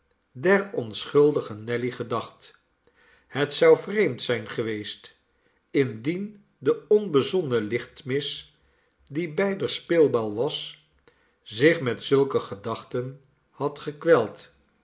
der onschuldige nelly gedacht het zou vreemd zijn geweest indien de onbezonnen lichtmis die beider speelbal was zich met zulke gedachten had gekweld